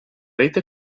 rete